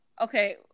Okay